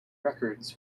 records